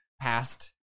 past